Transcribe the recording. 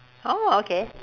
orh okay